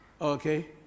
Okay